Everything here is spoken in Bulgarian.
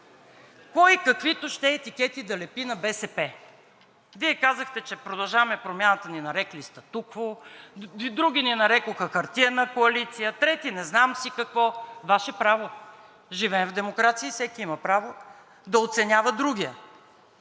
кой каквито ще етикети да лепи на БСП, Вие казахте, че „Продължаваме Промяната“ ни нарекли статукво, други ни нарекоха хартиена коалиция, трети не знам си какво – Ваше право е, живеем в демокрация и всеки има право да оценява другия.